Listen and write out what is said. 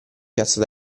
piazza